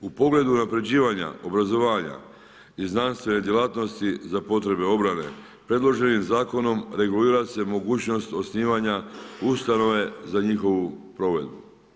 U pogledu unapređivanja obrazovanja i znanstvene djelatnosti za potrebe obrane predloženim zakonom regulira se mogućnost osnivanja ustanove za njihovu provedbu.